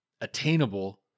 attainable